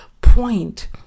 point